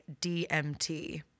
DMT